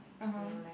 (uh huh)